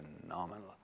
phenomenal